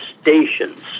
stations